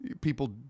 People